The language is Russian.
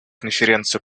конференцию